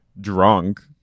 drunk